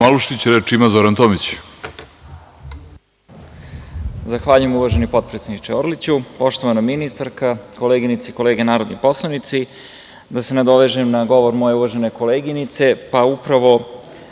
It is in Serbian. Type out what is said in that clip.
Tomić. **Zoran Tomić** Zahvaljujem, uvaženi potpredsedniče Orliću. Poštovana ministarka, koleginice i kolege narodni poslanici, da se nadovežem na govor moje uvažene koleginice. Pa, upravo